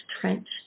trench